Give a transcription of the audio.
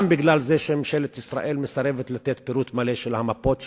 גם כי ממשלת ישראל מסרבת לתת פירוט מלא של מפות המוקשים.